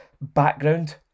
background